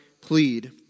plead